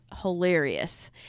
hilarious